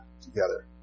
together